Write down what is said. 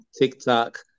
TikTok